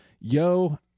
yo